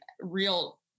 real